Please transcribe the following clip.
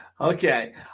Okay